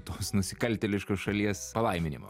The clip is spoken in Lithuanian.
tos nusikaltėliškos šalies palaiminimu